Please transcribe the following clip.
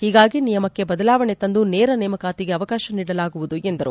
ಹೀಗಾಗಿ ನಿಯಮಕ್ಕೆ ಬದಲಾವಣೆ ತಂದು ನೇರ ನೇಮಕಾತಿಗೆ ಅವಕಾಶ ನೀಡಲಾಗುವುದು ಎಂದರು